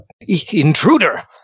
intruder